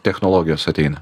technologijos ateina